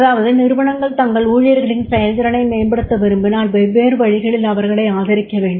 அதாவது நிறுவனங்கள் தங்கள் ஊழியர்களின் செயல்திறனை மேம்படுத்த விரும்பினால் வெவ்வேறு வழிகளில் அவர்களை ஆதரிக்க வேண்டும்